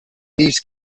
these